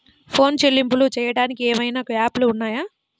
Phone చెల్లింపులు చెయ్యటానికి ఏవైనా యాప్లు ఉన్నాయా?